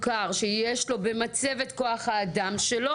הגוף המוכר שיש לו במצבת כוח האדם שלו,